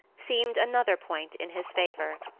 seemed another point in his favour.